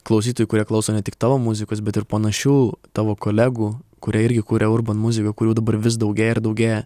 klausytojų kurie klauso ne tik tavo muzikos bet ir panašių tavo kolegų kurie irgi kuria urban muziką kurių dabar vis daugėja ir daugėja